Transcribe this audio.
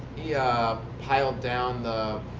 he piled down the